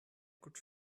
could